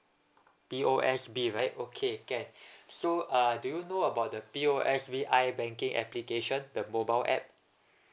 P_O_S_B right okay can so uh do you know about the P_O_S_B I banking application the mobile app